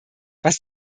was